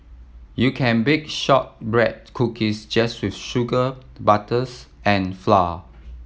you can bake shortbread cookies just with sugar butters and flour